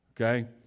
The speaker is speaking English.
Okay